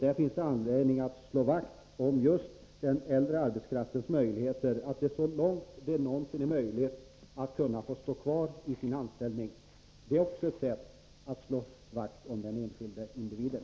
Det finns anledning att slå vakt om just den äldre arbetskraftens möjligheter att så långt som det någonsin går få stå kvar i sin anställning. Det är också ett sätt att slå vakt om den enskilde individen.